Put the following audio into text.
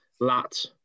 lat